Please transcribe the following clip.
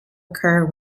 occur